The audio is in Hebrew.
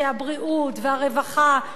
הבריאות והרווחה,